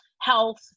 health